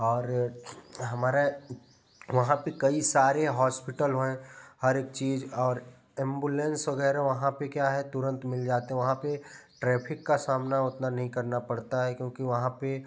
और हमारे वहाँ पर कई सारे हॉस्पिटल हैं हर एक चीज़ और एम्बुलेंस वगैरह वहाँ पर क्या है तुरंत मिल जाते वहाँ पर ट्रेफिक का सामना उतना नहीं करना पड़ता है क्योंकि वहाँ पर